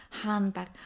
handbag